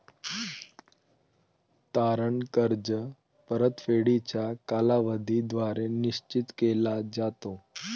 तारण कर्ज परतफेडीचा कालावधी द्वारे निश्चित केला जातो